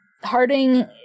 harding